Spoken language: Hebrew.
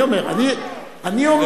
אני אומר.